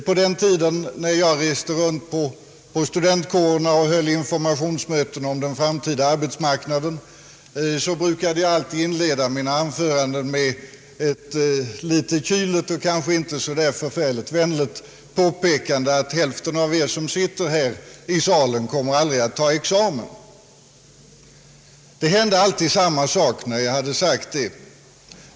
På den tid när jag reste runt till studentkårerna och höll informationsmöten om den framtida arbetsmarknaden, brukade jag inleda mina anföranden med ett litet kyligt och kanske inte så vänligt påpekande: Hälften av er som sitter här i salen kommer aldrig att ta någon examen. När jag hade sagt detta hände alltid samma sak.